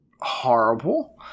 horrible